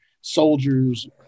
soldiers